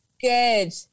Good